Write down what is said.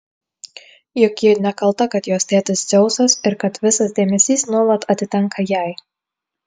juk ji nekalta kad jos tėtis dzeusas ir kad visas dėmesys nuolat atitenka jai